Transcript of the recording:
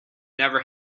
have